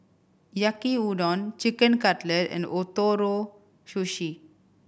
Yaki Udon Chicken Cutlet and Ootoro Sushi